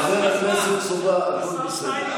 חבר הכנסת סובה, הכול בסדר.